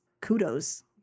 kudos